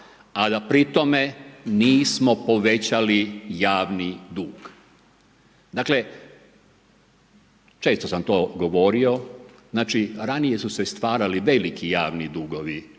a da pri tome nismo povećali javni dug. Dakle, često sam to govorio, znači ranije su se stvarali veliki javni dugovi.